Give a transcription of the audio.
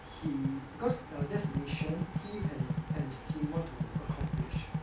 he because there's a mission he and his and his team want to accomplish